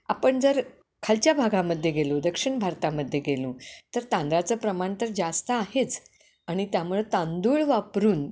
आपण जर खालच्या भागामध्ये गेलो दक्षिण भारतामध्ये गेलो तर तांदळाचं प्रमाण तर जास्त आहेच आणि त्यामुळे तांदूळ वापरून